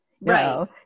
Right